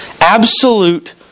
Absolute